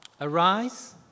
Arise